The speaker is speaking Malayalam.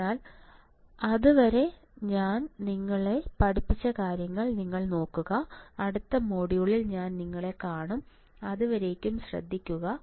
അതിനാൽ അതുവരെ ഞാൻ നിങ്ങളെ പഠിപ്പിച്ച കാര്യങ്ങൾ നിങ്ങൾ നോക്കുക അടുത്ത മൊഡ്യൂളിൽ ഞാൻ നിങ്ങളെ കാണും ശ്രദ്ധിക്കുക